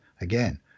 again